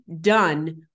done